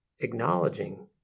acknowledging